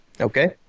okay